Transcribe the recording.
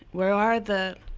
where are the.